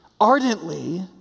ardently